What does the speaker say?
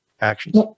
actions